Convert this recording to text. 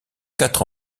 quatre